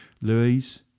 Louise